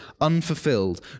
unfulfilled